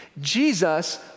Jesus